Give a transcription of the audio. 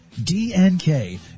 DNK